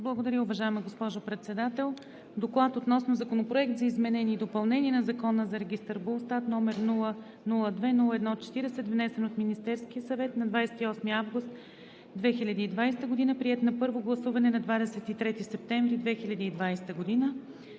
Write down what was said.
Благодаря, уважаема госпожо Председател. „Доклад относно Законопроект за изменение и допълнение на Закона за регистър БУЛСТАТ, № 002-01-40, внесен от Министерския съвет на 28 август 2020 г., приет на първо гласуване на 23 септември 2020 г.